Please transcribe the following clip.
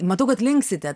matau kad linksite